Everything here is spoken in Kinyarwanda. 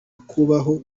kubaho